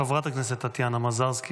חברת הכנסת טטיאנה מזרסקי.